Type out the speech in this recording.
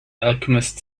alchemist